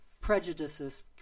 prejudices